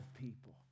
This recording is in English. people